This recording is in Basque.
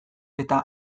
eta